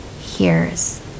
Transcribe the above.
hears